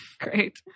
Great